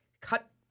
cut